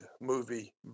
movie